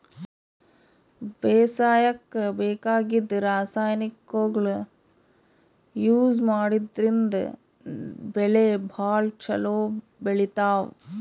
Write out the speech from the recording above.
ಬೇಸಾಯಕ್ಕ ಬೇಕಾಗಿದ್ದ್ ರಾಸಾಯನಿಕ್ಗೊಳ್ ಯೂಸ್ ಮಾಡದ್ರಿನ್ದ್ ಬೆಳಿ ಭಾಳ್ ಛಲೋ ಬೆಳಿತಾವ್